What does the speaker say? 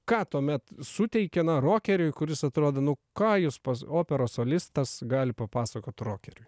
ką tuomet suteikia na rokeriui kuris atrodo nu ką jūs pas operos solistas gali papasakot rokeriui